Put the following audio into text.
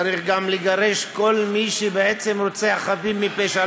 צריך גם לגרש כל מי שבעצם רוצח חפים מפשע,